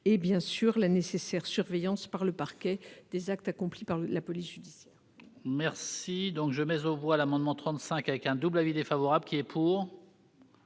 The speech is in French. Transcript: et la nécessaire surveillance par le parquet des actes accomplis par la police judiciaire.